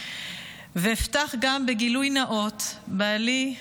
ואפתח גם בגילוי נאות: בעלי,